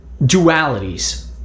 dualities